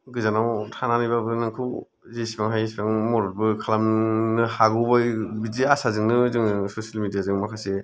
गोजानाव थानानैबाबो नोखौ जिसिबां हायो इसिबां मददबो खालामनो हागौबो बिदि आसाजोंनो जोङो ससेल मिडिया जों माखासे